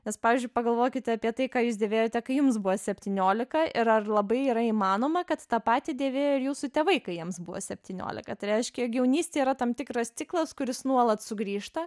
nes pavyzdžiui pagalvokite apie tai ką jūs dėvėjote kai jums buvo septyniolika ir ar labai yra įmanoma kad tą patį dėvėjo ir jūsų tėvai kai jiems buvo septyniolika tai reiškia jog jaunystė yra tam tikras ciklas kuris nuolat sugrįžta